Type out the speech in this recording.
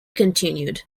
continued